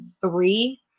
three